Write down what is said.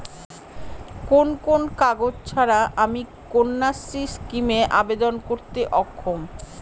কোন কোন কাগজ ছাড়া আমি কন্যাশ্রী স্কিমে আবেদন করতে অক্ষম?